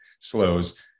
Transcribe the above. slows